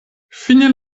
fine